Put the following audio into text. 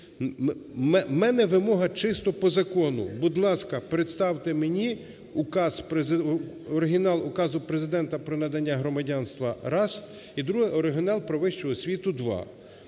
В мене вимога чисто по закону: будь ласка, представте мені указ… оригінал указу Президента про надання громадянства – раз, і друге – оригінал про вищу освіту – два.